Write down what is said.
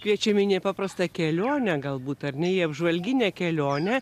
kviečiame į nepaprastą kelionę galbūt ar ne į apžvalginę kelionę